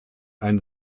ein